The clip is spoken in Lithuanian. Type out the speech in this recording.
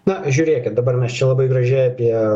na žiūrėkit dabar mes čia labai gražiai apie